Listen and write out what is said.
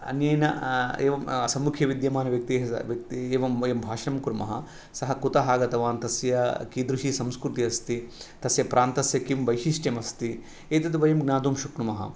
अन्येन एवं सम्मुखीविद्यमानव्यक्तिः एवं वयं भाष्यणं कुर्मः सः कुतः आगतवान् तस्य कीदृशी संस्कृति अस्ति तस्य प्रान्तस्य किं वैशिष्ट्यम् अस्ति एतत् वयं ज्ञातुं शक्नुमः